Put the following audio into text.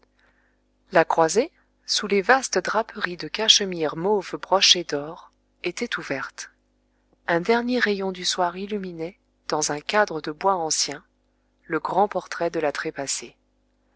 la croisée sous les vastes draperies de cachemire mauve broché d'or était ouverte un dernier rayon du soir illuminait dans un cadre de bois ancien le grand portrait de la trépassée